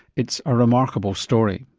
it's a remarkable story.